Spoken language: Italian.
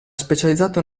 specializzato